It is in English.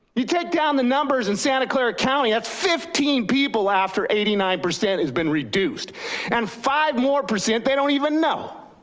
you take down the numbers in santa clara county. that's fifteen people after eighty nine percent has been reduced and five more present they don't even know.